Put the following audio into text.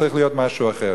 זה צריך להיות משהו אחר.